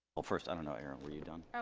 well first i don't know erin were you done?